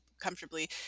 comfortably